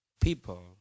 people